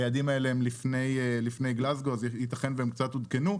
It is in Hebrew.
היעדים האלה הם מלפני גלאזגו אז ייתכן והם קצת עודכנו,